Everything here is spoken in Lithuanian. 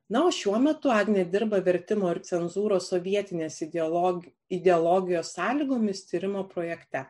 na o šiuo metu agnė dirba vertimo ir cenzūros sovietinės ideologių ideologijos sąlygomis tyrimo projekte